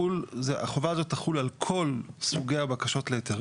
החובה הזאת תחול על כל סוגי הבקשות להיתרים.